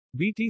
BTC